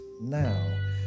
now